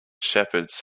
shepherds